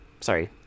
Sorry